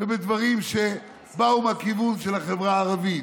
ובדברים שבאו מהכיוון של החברה הערבית.